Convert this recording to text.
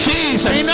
Jesus